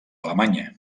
alemanya